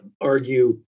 argue